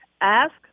Ask